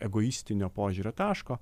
egoistinio požiūrio taško